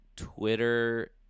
Twitter